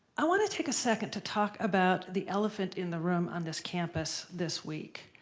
i want to take a second to talk about the elephant in the room on this campus this week.